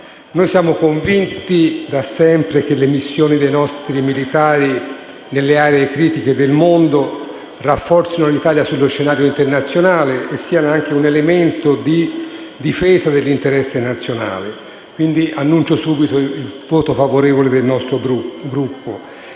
Noi siamo convinti da sempre che le missioni dei nostri militari nelle aree critiche del mondo rafforzino l'Italia sullo scenario internazionale e siano anche un elemento di difesa dell'interesse nazionale. Dichiaro, quindi, subito il voto favorevole del nostro Gruppo